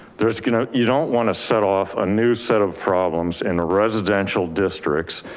there's, you know you don't want to set off a new set of problems in the residential districts